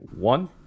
One